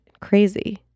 Crazy